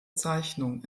zeichnung